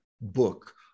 book